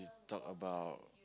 talk about